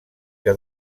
que